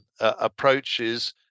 approaches